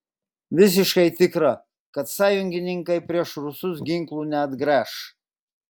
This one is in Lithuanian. visiškai tikra kad sąjungininkai prieš rusus ginklų neatgręš